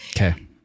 Okay